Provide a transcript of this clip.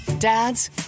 Dads